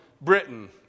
Britain